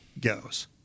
goes